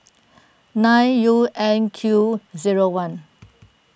nine U N Q zero one